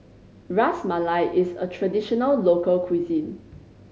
Ras Malai is a traditional local cuisine